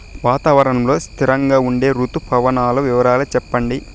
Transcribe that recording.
వాతావరణం లో స్థిరంగా ఉండే రుతు పవనాల వివరాలు చెప్పండి?